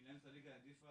מנהלת הליגה העדיפה,